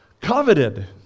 coveted